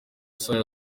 isaha